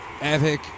Epic